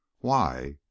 Why